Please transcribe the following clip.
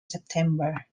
september